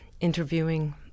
interviewing